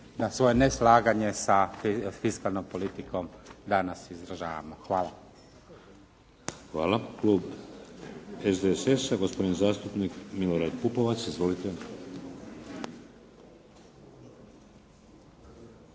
da svoje neslaganje sa fiskalnom politikom danas izražavamo. Hvala. **Šeks, Vladimir (HDZ)** Hvala. Klub SDSS-a, gospodin zastupnik Milorad Pupovac. Izvolite.